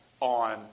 on